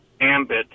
ambit